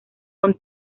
con